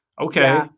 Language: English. Okay